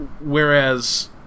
Whereas